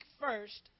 first